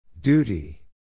Duty